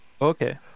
Okay